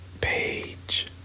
Page